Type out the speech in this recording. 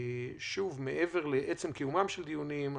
מעבר לעצם קיומם של דיונים,